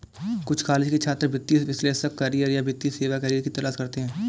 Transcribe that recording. कुछ कॉलेज के छात्र वित्तीय विश्लेषक करियर या वित्तीय सेवा करियर की तलाश करते है